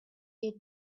your